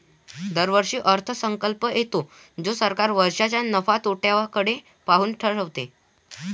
दरवर्षी अर्थसंकल्प येतो जो सरकार वर्षाच्या नफ्या तोट्याकडे पाहून ठरवते